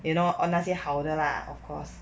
you know on 那些好的 lah of course